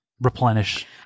replenish